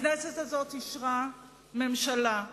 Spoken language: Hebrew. הכנסת הזאת אישרה ממשלה,